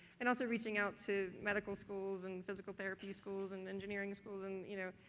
and also reaching out to medical schools and physical therapy schools and engineering schools and you know,